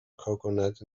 coconut